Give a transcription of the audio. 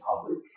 public